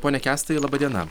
pone kęstai laba diena